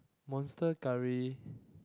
monster-curry